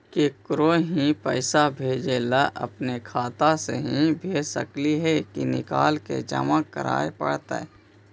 केकरो ही पैसा भेजे ल अपने खाता से ही भेज सकली हे की निकाल के जमा कराए पड़तइ?